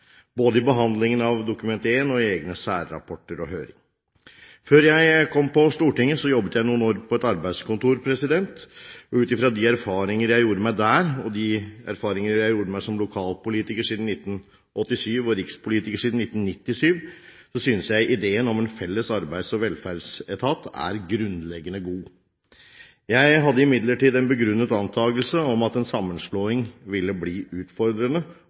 både i behandlingen av Dokument 1 og i egne særrapporter og høring. Før jeg kom på Stortinget, jobbet jeg noen år på et arbeidskontor. Ut fra de erfaringer jeg gjorde meg der, og ut fra de erfaringer jeg gjorde meg som lokalpolitiker siden 1987 og rikspolitiker siden 1997, synes jeg ideen om en felles arbeids- og velferdsetat er grunnleggende god. Jeg hadde imidlertid en begrunnet antakelse om at en sammenslåing ville bli utfordrende